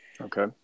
okay